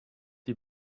die